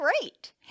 great